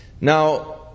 Now